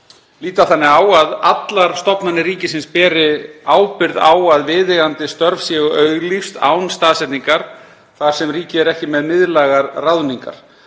líta þannig á að allar stofnanir ríkisins beri ábyrgð á að viðeigandi störf séu auglýst án staðsetningar þar sem ríkið er ekki með miðlægar ráðningar.